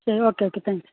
ശരി okay okay thank you